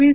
V